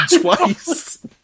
twice